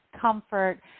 comfort